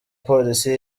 police